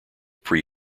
pre